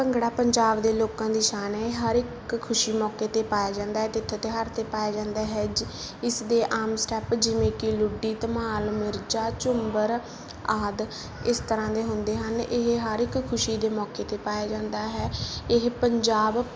ਭੰਗੜਾ ਪੰਜਾਬ ਦੇ ਲੋਕਾਂ ਦੀ ਸ਼ਾਨ ਹੈ ਹਰ ਇੱਕ ਖੁਸ਼ੀ ਮੌਕੇ 'ਤੇ ਪਾਇਆ ਜਾਂਦਾ ਹੈ ਜਿੱਥੇ ਤਿਉਹਾਰ 'ਤੇ ਪਾਇਆ ਜਾਂਦਾ ਹੈ ਜ ਇਸ ਦੇ ਆਮ ਸਟੈਪ ਜਿਵੇਂ ਕਿ ਲੁੱਡੀ ਧਮਾਲ ਮਿਰਜਾ ਝੁੰਮਰ ਆਦਿ ਇਸ ਤਰ੍ਹਾਂ ਦੇ ਹੁੰਦੇ ਹਨ ਇਹ ਹਰ ਇੱਕ ਖੁਸ਼ੀ ਦੇ ਮੌਕੇ 'ਤੇ ਪਾਇਆ ਜਾਂਦਾ ਹੈ ਇਹ ਪੰਜਾਬ